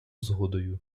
згодою